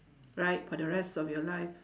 right for the rest of your life